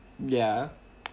ya